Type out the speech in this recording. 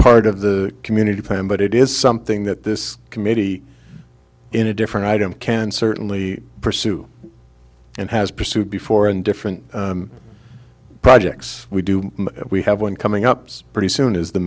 part of the community plan but it is something that this committee in a different item can certainly pursue and has pursued before and different projects we do we have one coming up pretty soon is the